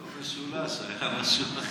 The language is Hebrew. משולש, היה מישהו אחר,